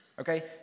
Okay